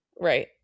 Right